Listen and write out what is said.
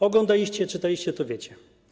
Oglądaliście, czytaliście, to wiecie.